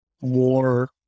more